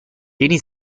tieni